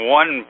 one